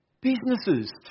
businesses